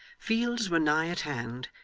fields were nigh at hand,